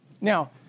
Now